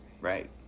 right